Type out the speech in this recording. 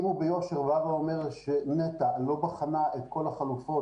אם הוא ביושר בא ואומר שנת"ע לא בחנה את כל החלופות